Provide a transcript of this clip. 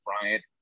Bryant